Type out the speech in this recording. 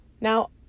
Now